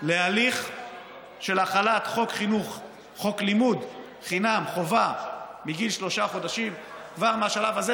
להליך של החלת חוק לימוד חינם חובה מגיל שלושה חודשים כבר מהשלב הזה,